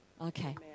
Okay